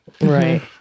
Right